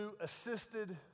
assisted